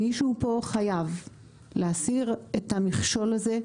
מישהו פה חייב להסיר את המכשול הזה.